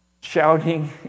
shouting